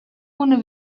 una